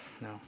no